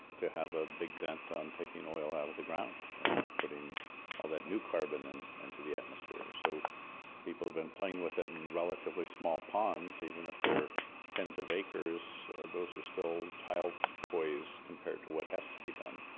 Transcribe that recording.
to have a big dent on taking oil out of the ground and putting all that new carbon and and into the atmosphere. so people have been playing with it in relatively small ponds, even if they're tens of acres those are still child's toys compared to what has to be done.